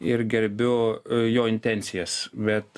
ir gerbiu jo intencijas bet